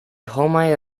homaj